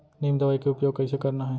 नीम दवई के उपयोग कइसे करना है?